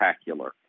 spectacular